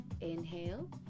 inhale